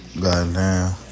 goddamn